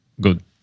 good